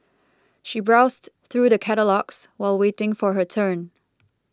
she browsed through the catalogues while waiting for her turn